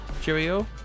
Cheerio